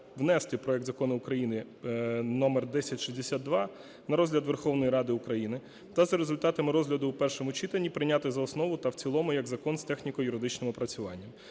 внести проект Закону України номер 1062 на розгляд Верховної Ради України. Та за результатами розгляду в першому читанні прийняти за основу та в цілому, як закон, з техніко-юридичним опрацюванням.